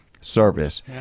service